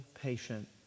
patient